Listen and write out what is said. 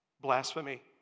Blasphemy